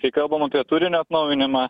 kai kalbam apie turinio atnaujinimą